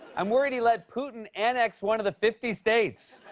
i'm worried he let putin annex one of the fifty states.